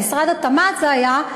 במשרד התמ"ת זה היה,